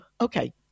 Okay